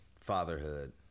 Fatherhood